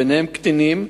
ביניהם קטינים,